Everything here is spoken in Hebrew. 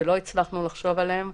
שלא הצלחנו לחשוב עליהם.